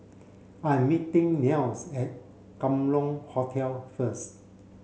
I'm meeting Nels at Kam Leng Hotel first